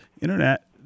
Internet